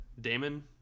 Damon